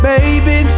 Baby